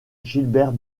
gilbert